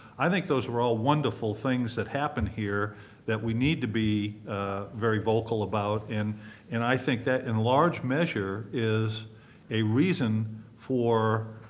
i think those were all wonderful things that happen here that we need to be very vocal about. and i think that in large measure is a reason for